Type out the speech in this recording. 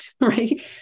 right